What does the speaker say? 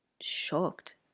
shocked